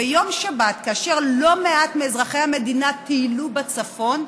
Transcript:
כאשר לא מעט מאזרחי המדינה טיילו בצפון,